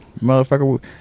Motherfucker